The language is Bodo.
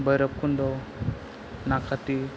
बैरब खुन्द नाक्काति